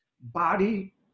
body